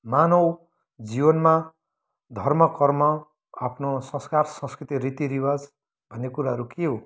मानव जीवनमा धर्म कर्म आफ्नो संस्कार संस्कृति रीतिरीवाज भन्ने कुराहरू के हो